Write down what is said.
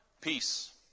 peace